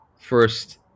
first